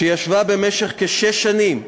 שישבה במשך כשש שנים,